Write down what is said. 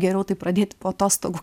geriau tai pradėti po atostogų